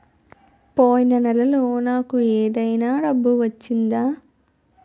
పోయిన నెలలో నాకు ఏదైనా డబ్బు వచ్చిందా?